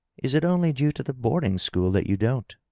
is it only due to the boarding-school that you don't?